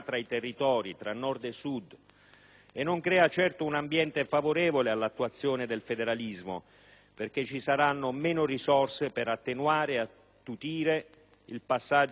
e non crea certo un ambiente favorevole all'attuazione del federalismo, perché ci saranno meno risorse per attenuare e attutire il passaggio dal vecchio al nuovo regime.